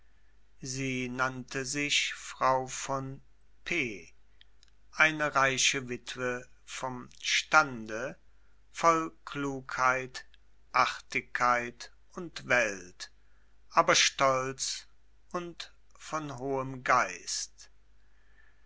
sie nannte sich frau von p eine reiche witwe von stande voll klugheit artigkeit und welt aber stolz und von hohem geist